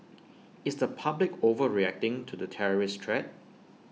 is the public overreacting to the terrorist threat